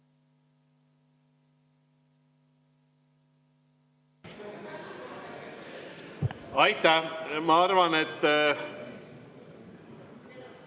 Aitäh! Ma arvan, et ...